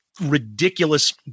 ridiculous